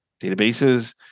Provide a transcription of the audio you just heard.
databases